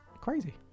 crazy